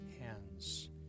hands